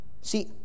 See